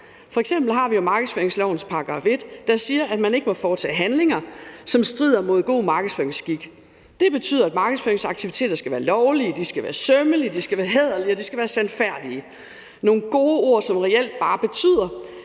har vi jo markedsføringslovens § 1, der siger, at man ikke må foretage handlinger, som strider mod god markedsføringsskik. Det betyder, at markedsføringsaktiviteter skal være lovlige, at de skal være sømmelige, at de skal være hæderlige, og at de skal være sandfærdige – nogle gode ord, som reelt bare betyder,